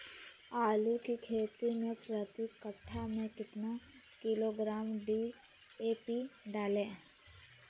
आलू की खेती मे प्रति कट्ठा में कितना किलोग्राम डी.ए.पी डाले?